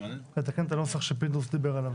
לתקן את הנוסח שפינדרוס דיבר עליו.